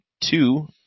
two